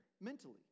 mentally